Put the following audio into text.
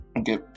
Okay